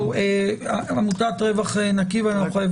עמותת רווח נקי, בבקשה.